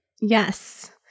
Yes